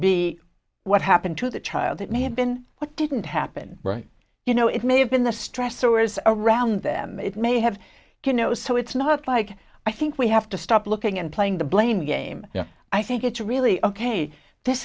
be what happened to the child it may have been what didn't happen right you know it may have been the stressor is around them it may have you know so it's not like i think we have to stop looking and playing the blame game i think it's really ok this